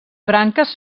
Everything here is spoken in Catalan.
branques